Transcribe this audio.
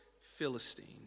Philistine